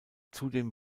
zudem